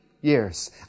years